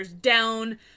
down